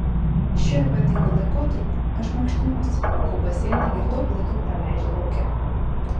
šiuo ypatingu laikotarpiu aš mankštinuosi lankau baseiną ir daug laiko praleidžiu lauke